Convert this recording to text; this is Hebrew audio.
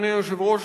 אדוני היושב-ראש,